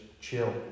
chill